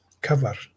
cover